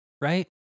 right